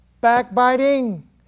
backbiting